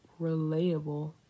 relatable